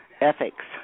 ethics